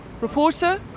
reporter